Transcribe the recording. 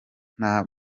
nta